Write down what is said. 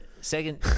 Second